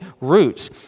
roots